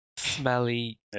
Smelly